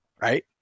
right